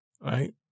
Right